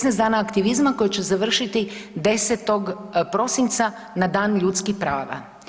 16 dana aktivizma koje će završiti 10. prosinca na Dan ljudskih prava.